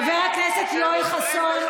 חבר הכנסת יואל חסון,